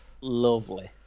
Lovely